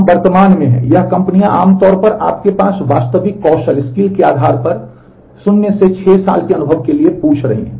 हम वर्तमान में हैं यह कंपनियां आमतौर पर आपके पास वास्तविक कौशल के आधार पर 0 से 6 साल के अनुभव के लिए पूछ रही हैं